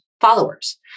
followers